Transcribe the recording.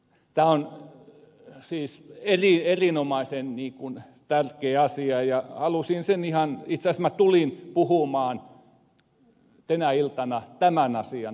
tämä on siis erinomaisen tärkeä asia ja itse asiassa minä tulin puhumaan tänä iltana tämän asian takia